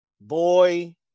boy